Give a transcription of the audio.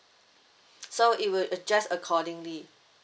so it will adjust accordingly